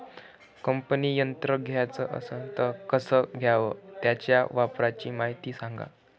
कापनी यंत्र घ्याचं असन त कस घ्याव? त्याच्या वापराची मायती सांगा